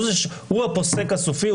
הוא הפוסק הסופי,